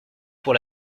pour